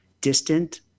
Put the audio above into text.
distant